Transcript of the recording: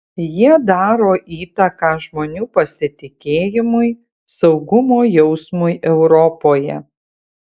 jie daro įtaką žmonių pasitikėjimui saugumo jausmui europoje